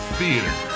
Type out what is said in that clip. Theater